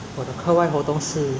因为你讲话好像中国人讲这个